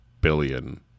billion